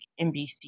NBC